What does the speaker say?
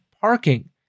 parking